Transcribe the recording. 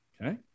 Okay